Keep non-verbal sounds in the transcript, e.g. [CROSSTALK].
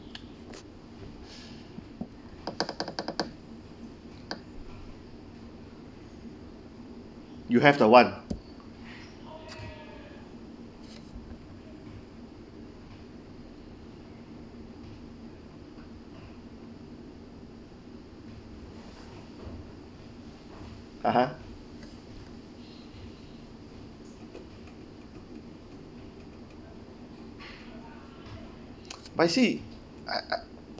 you have the one (uh huh) [NOISE] but you see I I